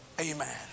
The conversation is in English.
Amen